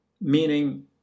meaning